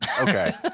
Okay